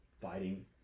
fighting